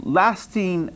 lasting